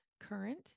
current